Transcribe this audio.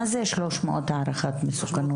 מה זה 300 הערכת מסוכנות?